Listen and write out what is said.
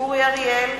אורי אריאל,